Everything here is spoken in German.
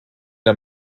der